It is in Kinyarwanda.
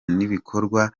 n’ibikorwa